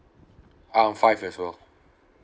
um five as well